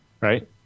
Right